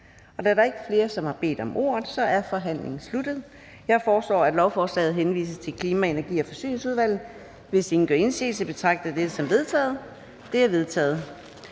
Da der ikke er flere, som har bedt om ordet, er forhandlingen sluttet. Jeg foreslår, at lovforslaget henvises til Klima-, Energi- og Forsyningsudvalget. Hvis ingen gør indsigelse, betragter jeg dette som vedtaget. Det er vedtaget.